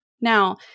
Now